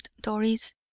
doris